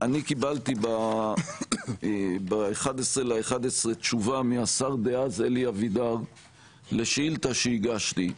אני קיבלתי ב-11.11 תשובה מהשר דאז אלי אבידר לשאילתה שהגשתי.